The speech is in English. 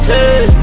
Hey